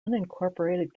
unincorporated